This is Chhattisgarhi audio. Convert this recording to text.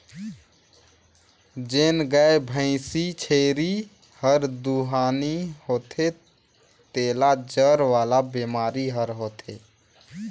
जेन गाय, भइसी, छेरी हर दुहानी होथे तेला जर वाला बेमारी हर होथे